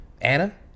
Anna